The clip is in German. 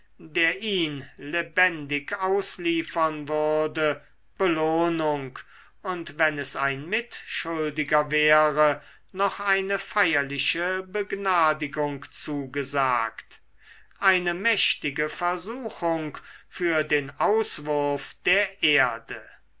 der ihn lebendig ausliefern würde belohnung und wenn es ein mitschuldiger wäre noch eine feierliche begnadigung zugesagt eine mächtige versuchung für den auswurf der erde